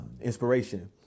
inspiration